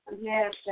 Yes